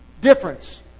difference